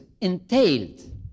entailed